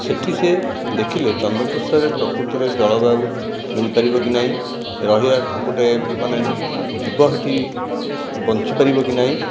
ସେଇଠି ସେ ଦେଖିଲେ ଚନ୍ଦ୍ରପୃଷ୍ଠରେ ପ୍ରକୃତରେ ଜଳବାୟୁ ମିଳିପାରିବ କି ନାହିଁ ରହିବା ଗୋଟିଏ ମାନେ ଜୀବ ସେଇଠି ବଞ୍ଚିପାରିବ କି ନାହିଁ